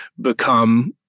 become